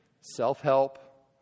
self-help